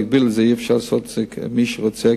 צריך להגביל ואי-אפשר לאפשר את זה למי שרוצה,